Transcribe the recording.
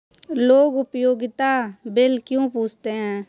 लोग उपयोगिता बिल क्यों पूछते हैं?